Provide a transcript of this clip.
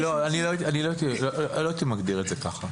אני לא הייתי מגדיר את זה ככה.